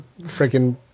freaking